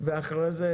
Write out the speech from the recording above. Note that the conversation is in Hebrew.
ואחרי זה